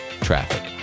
traffic